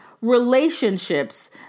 relationships